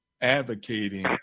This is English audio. advocating